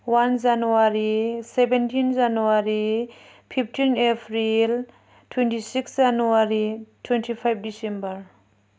one January seventeen January fifteen April twenty six January twenty five December